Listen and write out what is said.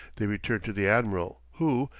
they returned to the admiral, who,